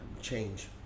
change